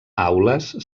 aules